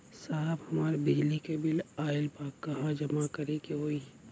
साहब हमार बिजली क बिल ऑयल बा कहाँ जमा करेके होइ?